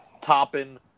topping